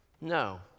No